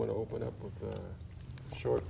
want to open up short